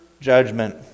judgment